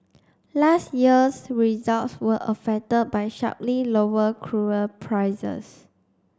last year's results were affected by sharply lower cruel prices